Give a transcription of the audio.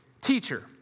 Teacher